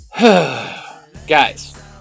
Guys